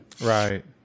right